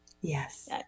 yes